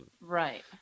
Right